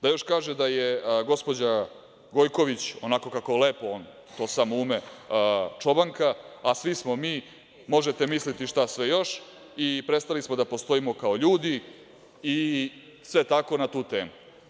Još kaže da je gospođa Gojković, onako kako lepo on samo ume, čobanka, a svi smo mi možete misliti šta sve još i prestali smo da postoji kao ljudi i sve tako na tu temu.